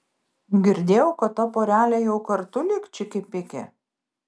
girdėjau kad ta porelė jau kartu lyg čiki piki